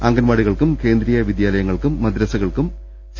അംഗൻവാടികൾക്കും കേന്ദ്രീയ വിദ്യാലയ്ങൾക്കും മദ്റ സകൾക്കും സി